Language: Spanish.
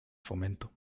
fomento